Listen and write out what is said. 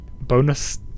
bonus